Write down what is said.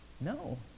no